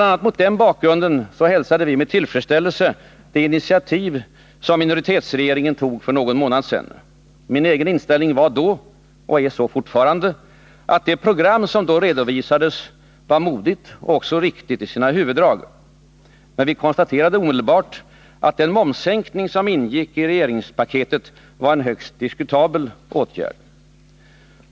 a. mot den bakgrunden hälsade vi med tillfredsställelse det initiativ som minoritetsregeringen tog för någon månad sedan. Min egen inställning var då — och är så fortfarande — att det program som då redovisades var modigt och också riktigt i sina huvuddrag. Men vi konstaterade omedelbart, att den momssänkning som ingick i regeringspaketet var en högst diskutabel åtgärd.